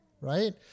right